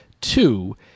two